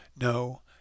no